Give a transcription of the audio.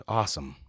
awesome